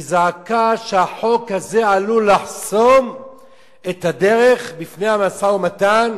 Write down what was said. היא זעקה שהחוק הזה עלול לחסום את הדרך בפני המשא-ומתן